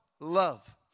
love